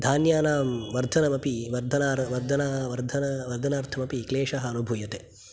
धान्यानां वर्धनमपि वर्धना वर्धना वर्धना वर्धनार्थमपि क्लेशः अनुभूयते